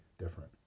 different